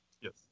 Yes